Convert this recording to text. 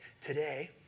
today